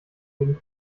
wenig